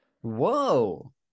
Whoa